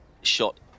shot